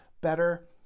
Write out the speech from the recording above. better